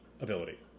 ability